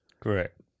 Correct